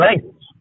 language